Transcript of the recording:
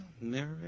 Mary